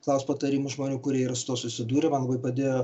klaust patarimų žmonių kurie yra su tuo susidūrę man labai padėjo